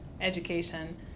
education